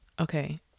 Okay